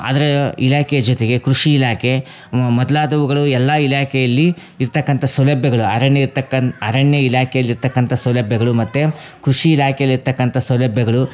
ಅದ್ರ ಇಲಾಖೆಯ ಜೊತೆಗೆ ಕೃಷಿ ಇಲಾಖೆ ಮೊದ್ಲಾದವುಗಳು ಎಲ್ಲ ಇಲಾಖೆಯಲ್ಲಿ ಇರ್ತಕ್ಕಂಥ ಸೌಲಭ್ಯಗಳು ಅರಣ್ಯ ಇರ್ತಕ್ಕಂಥ ಅರಣ್ಯ ಇಲಾಖೆಯಲ್ ಇರ್ತಕ್ಕಂಥ ಸೌಲಭ್ಯಗಳು ಮತ್ತು ಕೃಷಿ ಇಲಾಖೆಯಲ್ ಇರ್ತಕ್ಕಂಥ ಸೌಲಭ್ಯಗಳು